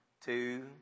two